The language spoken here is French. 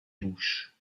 bouches